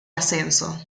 ascenso